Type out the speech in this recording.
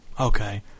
Okay